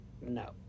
No